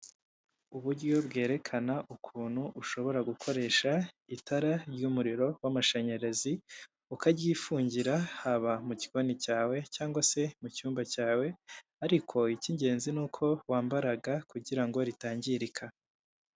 Uburyo bwerekana ukuntu ushobora gukoresha itara ry'umuriro w'amashanyarazi, ukaryifungira haba mugikoni cyawe, cyangwa se mucyumba cyawe, ariko icy'ingenzi ni uko wambara ga kugira ngo ritangirika.